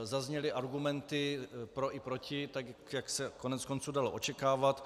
Zazněly argumenty pro i proti, tak jak se koneckonců dalo očekávat.